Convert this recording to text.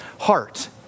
heart